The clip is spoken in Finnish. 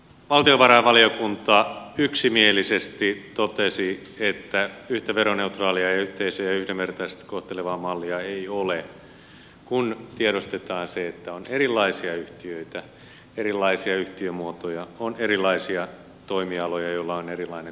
valtiovarainvaliokunta yksimielisesti totesi että yhtä veroneutraalia ja yhtiöitä yhdenvertaisesti kohtelevaa mallia ei ole kun tiedostetaan se että on erilaisia yhtiöitä erilaisia yhtiömuotoja on erilaisia toimialoja joilla on erilainen tuottavuus